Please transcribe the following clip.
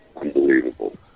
unbelievable